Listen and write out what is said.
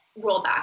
rollback